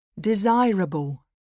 Desirable